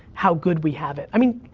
how good we have it, i mean.